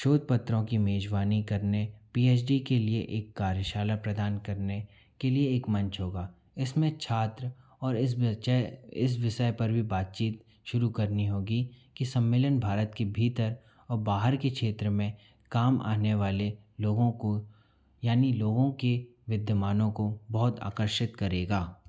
शोध पत्रों की मेजबानी करने पी एच डी के लिए एक कार्यशाला प्रदान करने के लिए एक मंच होगा इसमें छात्र और इस विषय इस विषय पर भी बातचीत शुरू करनी होगी कि सम्मेलन भारत के भीतर और बाहर के क्षेत्र में काम आने वाले लोगों को यानी लोगों के विद्यमानों को बहुत आकर्षित करेगा